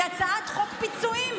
היא הצעת חוק פיצויים,